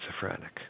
schizophrenic